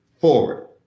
forward